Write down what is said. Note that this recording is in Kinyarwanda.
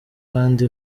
kandi